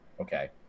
okay